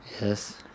Yes